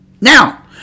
Now